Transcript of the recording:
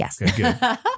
yes